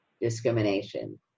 discrimination